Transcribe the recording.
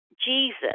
Jesus